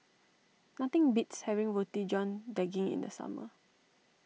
nothing beats having Roti John Daging in the summer